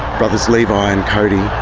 brothers levi and cody.